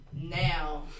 now